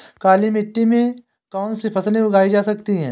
काली मिट्टी में कौनसी फसलें उगाई जा सकती हैं?